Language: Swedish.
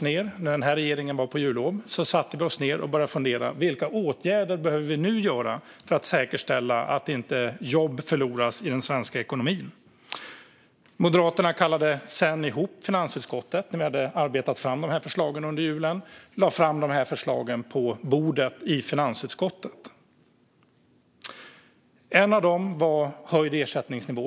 När regeringen var på jullov satte vi oss ned och började fundera på vilka åtgärder som behövs för att säkerställa att jobb inte går förlorade i den svenska ekonomin. Efter att vi under julen hade arbetat fram förslagen kallade vi moderater ihop finansutskottet och lade fram förslagen där.